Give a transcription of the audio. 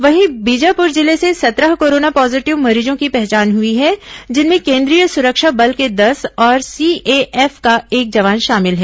वहीं बीजापुर जिले से सत्रह कोरोना पॉजीटिव मरीजों की पहचान हुई है जिनमें केंद्रीय सुरक्षा बल के दस और सीएएफ का एक जवान शामिल हैं